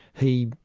he,